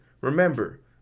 remember